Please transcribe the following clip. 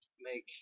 Make